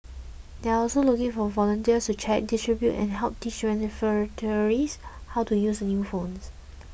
they're also looking for volunteers to check distribute and help teach how to use the new phones